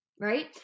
right